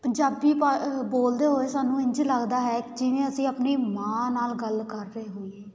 ਪੰਜਾਬੀ ਭਾ ਬੋਲਦੇ ਹੋਏ ਸਾਨੂੰ ਇੰਝ ਲੱਗਦਾ ਹੈ ਜਿਵੇਂ ਅਸੀਂ ਆਪਣੀ ਮਾਂ ਨਾਲ ਗੱਲ ਕਰ ਰਹੇ ਹੋਈਏ